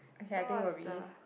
so what's the